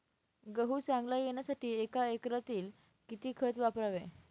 गहू चांगला येण्यासाठी एका एकरात किती खत वापरावे?